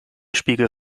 spiegel